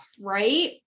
right